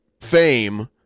fame